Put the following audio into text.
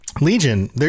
Legion